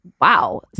wow